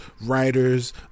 writers